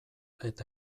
eta